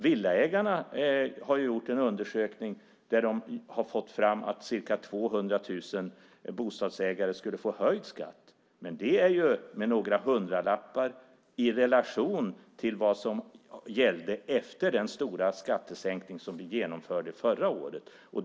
Villaägarna har gjort en undersökning där de har fått fram att ca 200 000 bostadsägare skulle få höjd skatt, men det är med några hundralappar och i relation till vad som gällde efter den stora skattesänkning som vi genomförde förra året.